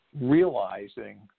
realizing